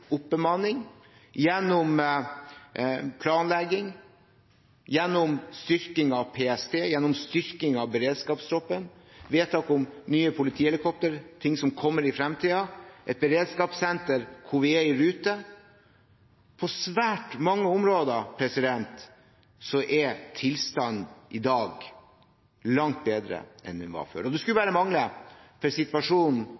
oppbemanning, planlegging, styrking av PST, styrking av beredskapstroppen, vedtak om nye politihelikoptre, ting som kommer i framtiden, et beredskapssenter, hvor vi er i rute – på svært mange områder er tilstanden i dag langt bedre enn den var før. Det skulle